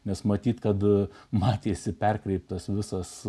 nes matyt kad matėsi perkreiptas visas